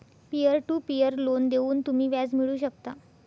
peer to peer loan देऊन तुम्ही व्याज मिळवू शकता